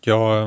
Jag